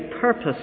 purpose